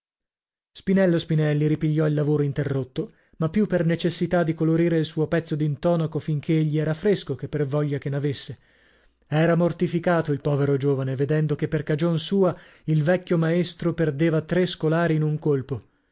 spinello spinelli ripigliò il lavoro interrotto ma più per necessità di colorire il suo pezzo d'intonaco finchè gli era fresco che per voglia che n'avesse era mortificato il povero giovane vedendo che per cagion sua il vecchio maestro perdeva tre scolari in un colpo